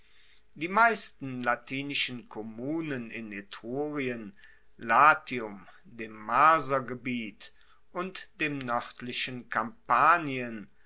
die meisten latinischen kommunen in etrurien latium dem marsergebiet und dem noerdlichen kampanien